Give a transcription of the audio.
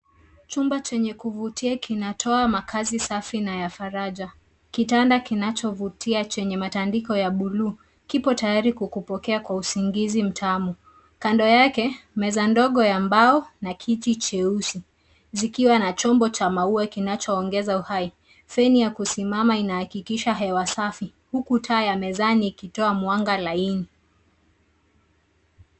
Chumba chenye kuvutia kinatoa makazi safi na ya faraja. Kitanda kinachovutia chenye matandiko ya buluu kipo tayari kukupokea kwa usingizi mtamu. Kando yake meza ndogo ya mbao na kiti cheusi zikiwa na chombo cha maua kinachoongeza uhai. Feni ya kusimama inahakikisha hewa safi huku taa ya mezani ikitoa mwanga laini.